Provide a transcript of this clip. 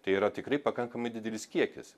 tai yra tikrai pakankamai didelis kiekis